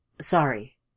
Sorry